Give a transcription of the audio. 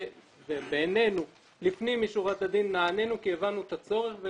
ובעינינו לפנים משורת הדין נענינו כי הבנו את הצורך.